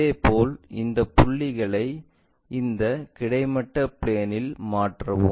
இதேபோல் இந்த புள்ளிகளை இந்த கிடைமட்ட பிளேன்இல் மாற்றவும்